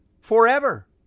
forever